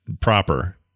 proper